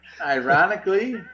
ironically